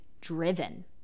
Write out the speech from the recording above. driven